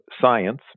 science